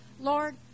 Lord